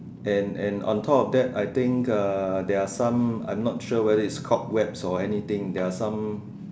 and and on top of that I think uh they are some I am not sure whether it's cobwebs or anything there are some